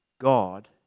God